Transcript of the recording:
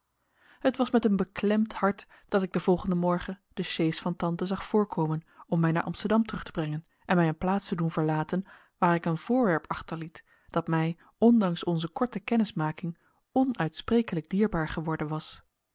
het was met een beklemd hart dat ik den volgenden morgen de sjees van tante zag voorkomen om mij naar amsterdam terug te brengen en mij een plaats te doen verlaten waar ik een voorwerp achterliet dat mij ondanks onze korte kennismaking onuitsprekelijk dierbaar geworden was